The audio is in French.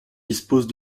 dispose